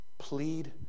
plead